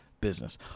business